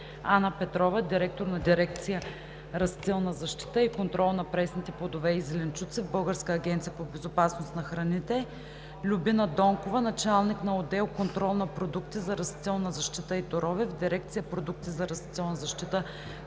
Ана Петрова – директор на дирекция „Растителна защита и контрол на пресните плодове и зеленчуци“ в Българската агенция по безопасност на храните, Любина Донкова – началник-отдел „Контрол на продукти за растителна защита и торове“ в дирекция „Продукти за растителна защита,